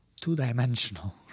two-dimensional